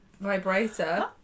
vibrator